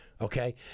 okay